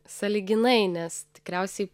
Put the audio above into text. sąlyginai nes tikriausiai